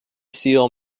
seal